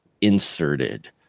inserted